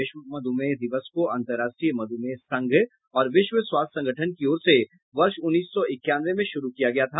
विश्व मध्मेह दिवस को अंतरराष्ट्रीय मध्मेह संघ और विश्व स्वास्थ्य संगठन की ओर से वर्ष उन्नीस सौ इक्यानवे में शुरू किया गया था